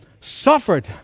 suffered